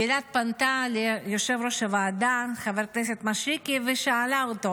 גילת פנתה ליושב-ראש הוועדה חבר הכנסת מישרקי ושאלה אותו: